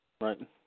Right